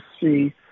see